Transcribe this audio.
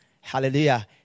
Hallelujah